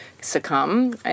succumb